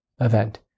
event